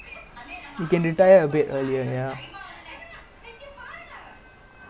you can what retire orh because you get like what one person ah